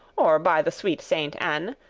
or, by the sweet saint anne,